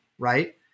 Right